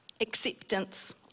Acceptance